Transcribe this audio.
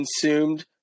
consumed